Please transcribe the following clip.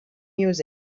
music